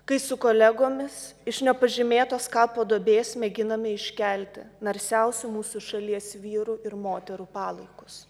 kai su kolegomis iš nepažymėtos kapo duobės mėginame iškelti narsiausių mūsų šalies vyrų ir moterų palaikus